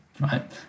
right